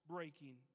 breaking